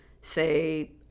say